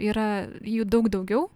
yra jų daug daugiau